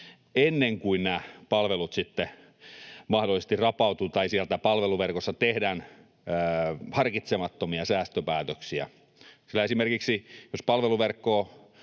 ennen kuin nämä palvelut sitten mahdollisesti rapautuvat tai siellä palveluverkossa tehdään harkitsemattomia säästöpäätöksiä, sillä jos esimerkiksi palveluverkkoa